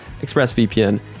ExpressVPN